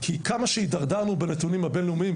כי כמה שהידרדרנו בנתונים הבין לאומיים,